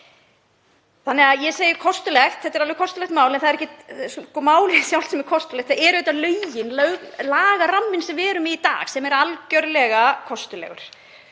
Þannig að ég segi kostulegt, þetta er alveg kostulegt mál en það er ekki málið sjálft sem er kostulegt, það eru lögin, lagaramminn sem við erum með í dag, sem er algerlega kostulegur.